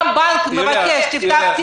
גם בנק מבקש: תפתח תיק,